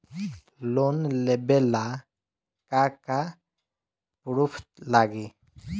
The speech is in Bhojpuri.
लोन लेबे ला का का पुरुफ लागि?